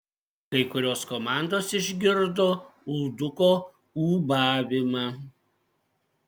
kai kurios komandos išgirdo ulduko ūbavimą